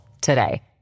today